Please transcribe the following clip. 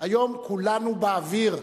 היום כולנו באוויר.